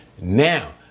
now